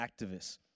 activists